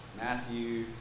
Matthew